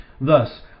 Thus